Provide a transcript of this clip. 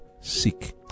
seek